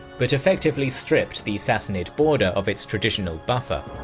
but effectively stripped the sassanid border of its traditional buffer.